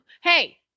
Hey